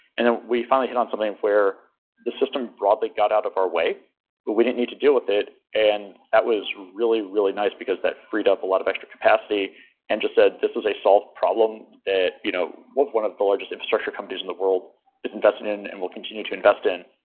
and then we finally hit on something where the system broadly got out of our way we didn't need to deal with it and that was really, really nice because that freed up a lot of extra capacity and just said this is a solved problem that you know with one of ah the largest infrastructure companies in the world is invested in and we'll continue to invest in.